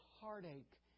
heartache